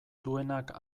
duenak